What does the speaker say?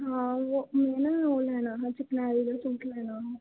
हां मि ना ओह् लेना हा किनारी आह्ला सूट लैना हा